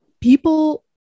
people